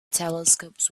telescopes